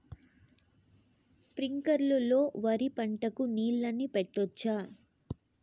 స్ప్రింక్లర్లు లో వరి పంటకు నీళ్ళని పెట్టొచ్చా?